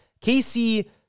Casey